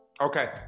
okay